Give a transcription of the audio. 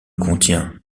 contient